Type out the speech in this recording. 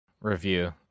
review